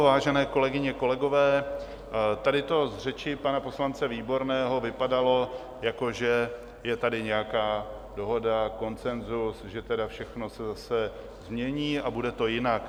Vážené kolegyně, kolegové, tady to z řeči pana poslance Výborného vypadalo, jako že je tady nějaká dohoda, konsenzus, že tedy všechno se zase změní a bude to jinak.